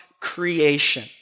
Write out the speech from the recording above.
creation